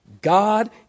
God